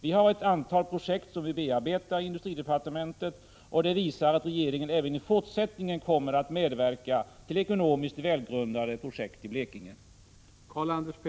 Vi har ett antal projekt som vi bearbetar i industridepartementet, och det visar att regeringen även i fortsättningen kommer att medverka med stöd till ekonomiskt välgrundade projekt i Blekinge.